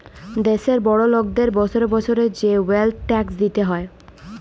দ্যাশের বড় লকদের বসরে বসরে যে ওয়েলথ ট্যাক্স দিতে হ্যয়